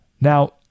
Now